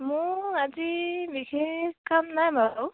মোৰ আজি বিশেষ কাম নাই বাৰু